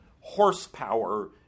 horsepower